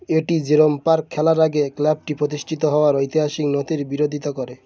এটি যেরম পার্ক খেলার আগে ক্লাবটি প্রতিষ্ঠিত হওয়ার ঐতিহাসিক নথির বিরোধিতা করে